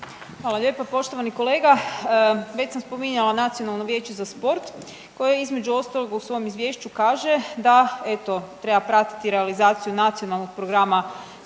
Hvala lijepa. Poštovani kolega već sam spominjala Nacionalno vijeće za sport koji između ostaloga u svom izvješću kaže da eto treba pratiti realizaciju Nacionalnog programa sporta